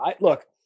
Look